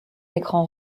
écran